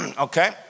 Okay